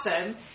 awesome